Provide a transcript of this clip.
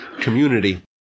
community